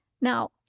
Now